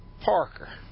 Parker